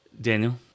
Daniel